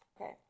Okay